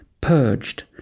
Purged